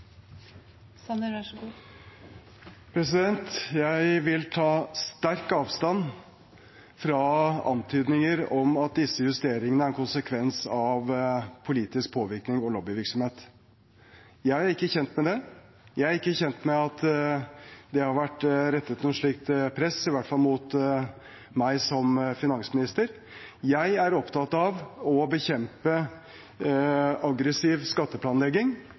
en konsekvens av politisk påvirkning og lobbyvirksomhet. Jeg er ikke kjent med det. Jeg er ikke kjent med at det har vært rettet noe slikt press mot noen – i hvert fall ikke mot meg som finansminister. Jeg er opptatt av å bekjempe aggressiv skatteplanlegging.